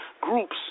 groups